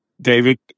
David